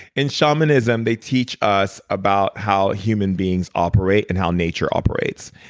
in shamanism, they teach us about how human beings operate and how nature operates.